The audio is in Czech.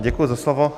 Děkuji za slovo.